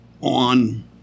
on